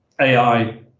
AI